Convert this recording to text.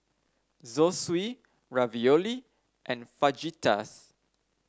Zosui Ravioli and Fajitas